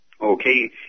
Okay